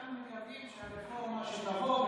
אנחנו מקווים שהרפורמה שתבוא,